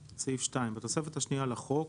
2. בתוספת השנייה לחוק